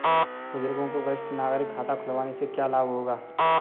बुजुर्गों को वरिष्ठ नागरिक खाता खुलवाने से क्या लाभ होगा?